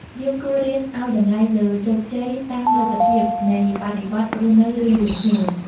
យើងគួររៀនឱ្យតម្លៃលើ "ជោគជ័យតាមលទ្ធភាព" នៃបរិបទរស់នៅរៀងៗខ្លួន។